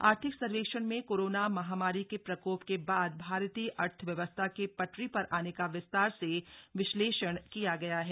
आर्थिक सर्वेक्षण में कोरोना महामारी के प्रकोप के बाद भारतीय अर्थव्यवस्था के पटरी पर आने का विस्तार से विश्लेषण किया गया है